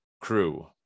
crew